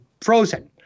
Frozen